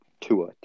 Tua